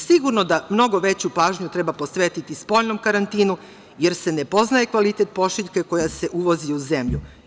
Sigurno da mnogo veću pažnju treba posvetiti spoljnom karantinu, jer se ne poznaje kvalitet pošiljke koja se uvozi u zemlju.